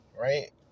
right